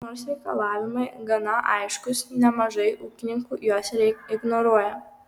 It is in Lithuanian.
nors reikalavimai gana aiškūs nemažai ūkininkų juos ignoruoja